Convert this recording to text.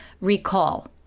recall